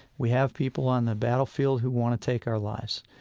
we have people on the battlefield who want to take our lives.